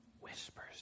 whispers